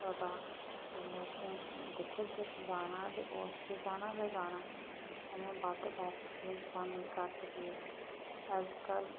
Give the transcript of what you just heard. पता ते लोकें दिक्खो जिस जाना ते उस ते जाना गै जाना भामें बद्ध पैसे देग भामें घट्ट देग अज्जकल